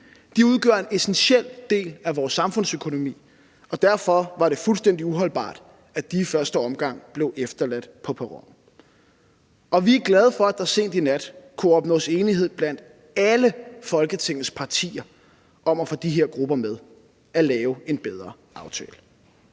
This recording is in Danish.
De udgør en essentiel del af vores samfundsøkonomi, og derfor var det fuldstændig uholdbart, at de i første omgang blev efterladt på perronen, og vi er glade for, at der sent i nat kunne opnås enighed blandt alle Folketingets partier om at få de her grupper med og lave en bedre aftale.